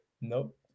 Nope